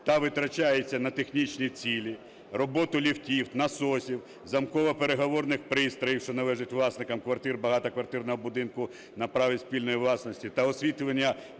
та витрачається на технічні цілі (роботу ліфтів, насосів, замково-переговорних пристроїв, що належать власникам квартир багатоквартирного будинку на праві спільної власності та освітлення